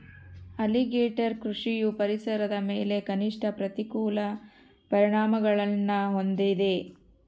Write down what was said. alligator ಕೃಷಿಯು ಪರಿಸರದ ಮೇಲೆ ಕನಿಷ್ಠ ಪ್ರತಿಕೂಲ ಪರಿಣಾಮಗುಳ್ನ ಹೊಂದಿದೆ